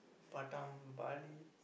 Batam Bali